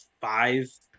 Five